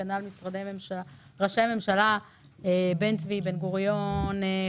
כנ"ל ראשי הממשלה בן צבי ובן גוריון,